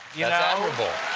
yeah that's admirable.